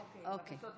אוקיי.